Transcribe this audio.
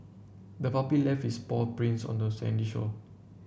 the puppy left its paw prints on the sandy shore